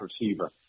receiver